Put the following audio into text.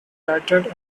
batted